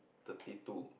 thirty two